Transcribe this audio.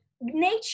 Nature